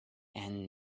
and